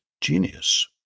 genius